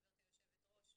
גברתי היושבת ראש,